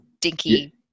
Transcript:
Dinky